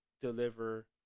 deliver